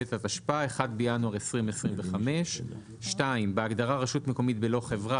התשפ"ה (1 בינואר 2025); בהגדרה "רשות מקומית בלא חברה",